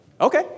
okay